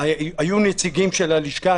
היו נציגים של הלשכה.